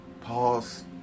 pause